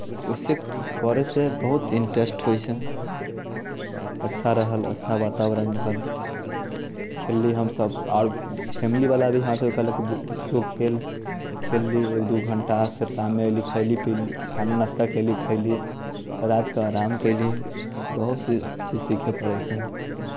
वैसे करयसँ बहुत इंटेरेस्ट होइत छै अच्छा रहल अच्छा वातावरण रहल आओर खेलली हमसभ आओर फेमिलीवला भी हमरासभके कहलक जो खेल खेलली एक दू घण्टा फेर शाममे अयली खयली पीली खाना नाश्ता कयली खयली रातिकेँ आराम कयली बहुतसँ चीज सीखय पड़ैत छै